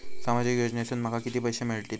सामाजिक योजनेसून माका किती पैशे मिळतीत?